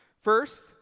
First